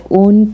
own